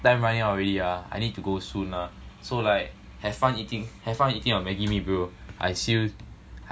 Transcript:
time running out already ah I need to go soon ah so like have fun eating have fun eating your maggi mee bro I see you I see you soon ah bro eh bye bye